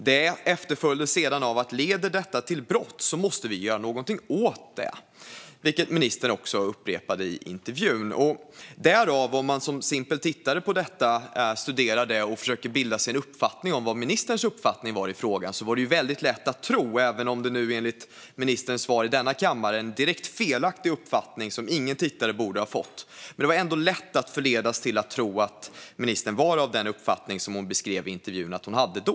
Detta efterföljdes sedan av att om detta leder till brott måste vi göra någonting åt det, vilket ministern upprepade i intervjun. Om man som simpel tittare studerar detta och försöker bilda sig en uppfattning om vad ministerns uppfattning var i frågan är det lätt att förledas att tro, även om det nu enligt ministerns svar i denna kammare är en direkt felaktig uppfattning som ingen tittare borde ha fått, att ministern hade den uppfattning som hon beskrev i intervjun att hon hade då.